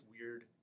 weird